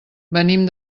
venim